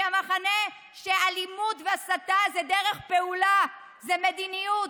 מהמחנה שבו אלימות והסתה זה דרך פעולה ומדיניות.